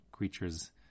creature's